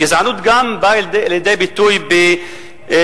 גזענות גם באה לידי ביטוי בבית-המחוקקים.